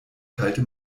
kalte